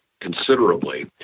considerably